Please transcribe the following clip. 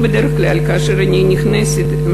כאשר אני נכנסתי,